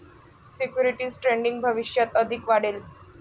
securities trading भविष्यात अधिक वाढेल